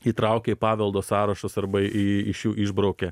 įtraukia į paveldo sąrašus arba i iš jų išbraukia